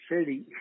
city